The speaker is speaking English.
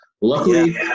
Luckily